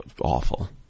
awful